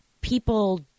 people